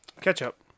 Ketchup